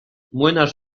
młynarz